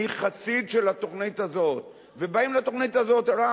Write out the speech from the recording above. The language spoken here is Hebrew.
אני חסיד של התוכנית הזאת, ובאים לתוכנית הזאת רק